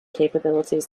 capabilities